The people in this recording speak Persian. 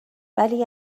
ولی